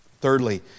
Thirdly